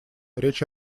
речь